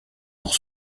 dans